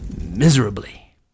miserably